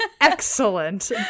Excellent